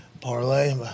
parlay